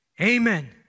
Amen